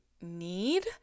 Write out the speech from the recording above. need